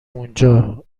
اونجا